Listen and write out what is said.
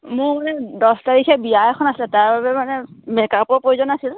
মোৰ এই দহ তাৰিখে বিয়া এখন আছিলে তাৰ বাবে মানে মেকআপৰ প্ৰয়োজন আছিল